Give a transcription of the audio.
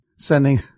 Sending